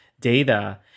data